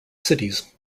cities